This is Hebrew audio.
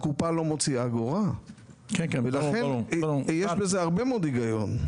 הקופה לא מוציאה אגורה ויש בזה הרבה מאוד היגיון.